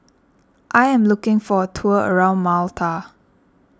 I am looking for a tour around Malta